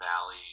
valley